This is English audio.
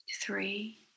three